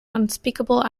unspeakable